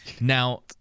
Now